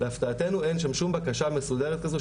להפתעתנו אין שם שום בקשה מסודרת כזאת,